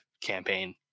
campaign